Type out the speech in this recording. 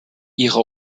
ihre